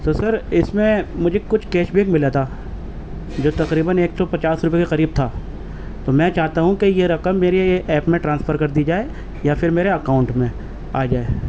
تو سر اس میں مجھے کچھ کیش بیک ملا تھا جو تقریباً ایک سو پچاس روپے کے قریب تھا تو میں چاہتا ہوں کہ یہ رقم میرے ایپ میں ٹرانسفر کر دی جائے یا پھر میرے اکاؤنٹ میں آ جائے